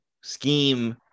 scheme